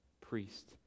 priest